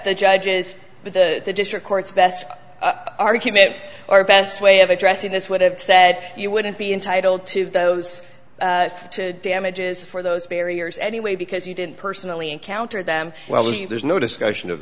the judges but the district court's best argument or best way of addressing this would have said you wouldn't be entitled to those damages for those barriers anyway because you didn't personally encounter them well there's no discussion of